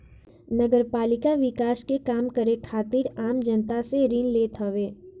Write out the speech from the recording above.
नगरपालिका विकास के काम करे खातिर आम जनता से ऋण लेत हवे